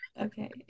okay